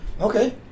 Okay